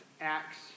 Acts